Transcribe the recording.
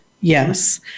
Yes